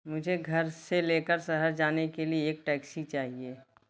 मुझे घर से लेकर शहर जाने के लिए एक टैक्सी चाहिए